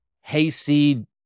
hayseed